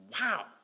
wow